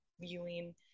viewing